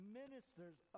ministers